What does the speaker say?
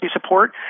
support